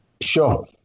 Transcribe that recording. Sure